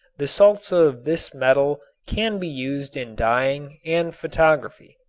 the salts of this metal can be used in dyeing and photography.